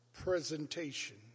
presentation